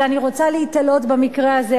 אבל אני רוצה להיתלות במקרה הזה,